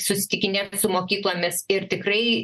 susitikinėt su mokyklomis ir tikrai